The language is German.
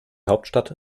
hauptstadt